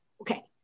okay